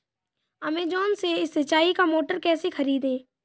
Amazon से सिंचाई का मोटर कैसे खरीदें?